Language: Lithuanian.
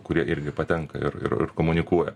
kurie irgi patenka ir ir komunikuoja